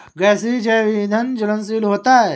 गैसीय जैव ईंधन ज्वलनशील होता है